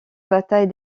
bataille